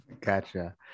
Gotcha